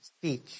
Speech